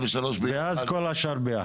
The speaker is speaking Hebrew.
ואז כל השאר ביחד.